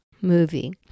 Movie